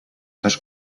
dos